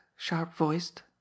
sharp-voiced